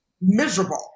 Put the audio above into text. miserable